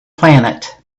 planet